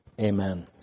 Amen